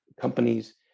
companies